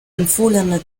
empfohlene